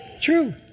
True